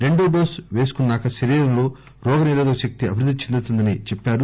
రెండో డోస్ వేసుకున్నాక శరీరంలో రోగ నిరోధక శక్తి అభివృద్ది చెందుతుందని చెప్పారు